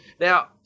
Now